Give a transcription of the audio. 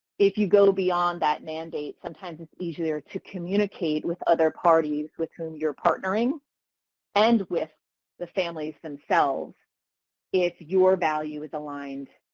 if you go beyond that mandate sometimes it's easier to communicate with others parties with whom you're partnering and with the families themselves if your value is aligned,